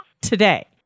today